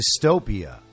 dystopia